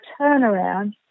turnaround